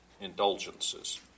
Indulgences